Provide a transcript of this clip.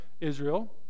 Israel